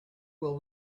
will